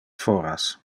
foras